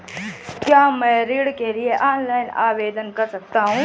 क्या मैं ऋण के लिए ऑनलाइन आवेदन कर सकता हूँ?